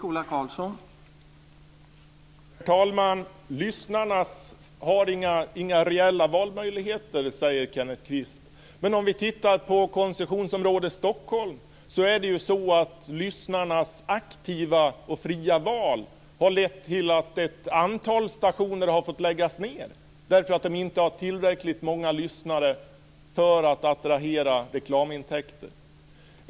Herr talman! Lyssnarna har inga reella valmöjligheter, säger Kenneth Kvist. Men om vi tittar på koncessionsområdet Stockholm har lyssnarnas aktiva, fria val lett till att ett antal stationer har fått läggas ned, därför att de inte har tillräckligt många lyssnare för att få reklamintäkter.